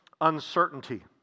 uncertainty